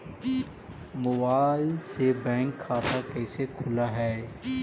Mobile से bank खाता कैसे खुल है?